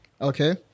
Okay